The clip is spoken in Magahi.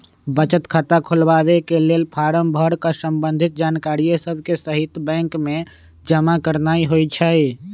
बचत खता खोलबाके लेल फारम भर कऽ संबंधित जानकारिय सभके सहिते बैंक में जमा करनाइ होइ छइ